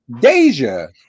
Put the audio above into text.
Deja